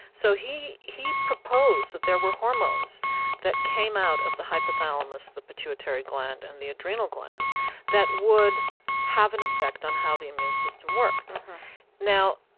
so he he proposed that there were hormones that came out of the hypothalamus, the pituitary gland, and the adrenal glands that would have an effect on how the immune system worked now,